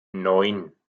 neun